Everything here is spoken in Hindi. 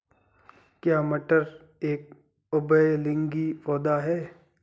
क्या मटर एक उभयलिंगी पौधा है?